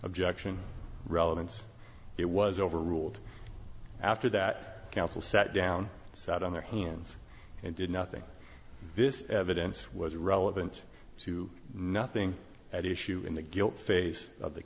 objection relevance it was overruled after that counsel sat down sat on their hands and did nothing this evidence was relevant to nothing at issue in the guilt phase of the